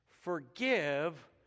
Forgive